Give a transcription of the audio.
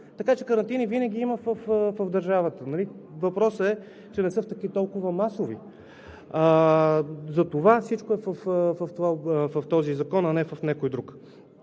Така че карантини винаги има в държавата. Въпросът е, че не са толкова масови. Затова всичко е в този закон, а не в някой друг.